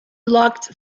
locked